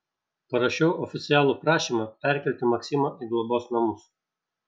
parašiau oficialų prašymą perkelti maksimą į globos namus